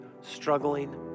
struggling